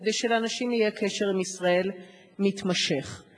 כדי שלאנשים יהיה קשר מתמשך עם ישראל?